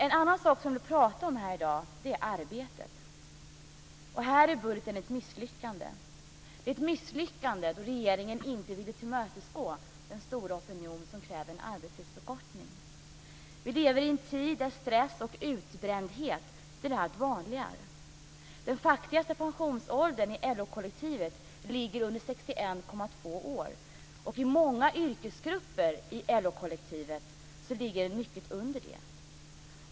En annan sak som vi har pratat om i dag är arbetet, och här är budgeten ett misslyckande. Det är ett misslyckande då regeringen inte velat tillmötesgå den stora opinion som kräver en arbetstidsförkortning. Vi lever i en tid då stress och utbrändhet blir allt vanligare. Den faktiska pensionsåldern i LO-kollektivet ligger under 61,2 år, och i många yrkesgrupper i LO kollektivet ligger den mycket därunder.